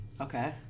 Okay